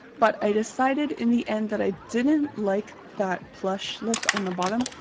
but i decided in the end that i didn't like that plush look on the bottom.